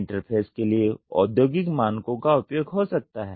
interface के लिए औद्योगिक मानकों का उपयोग हो सकता है